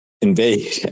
invade